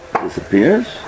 disappears